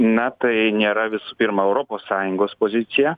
na tai nėra visų pirma europos sąjungos pozicija